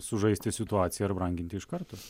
sužaisti situaciją ir branginti iš karto